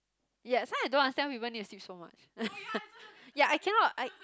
ya sometimes I don't understand why people need to sleep so much ya I cannot I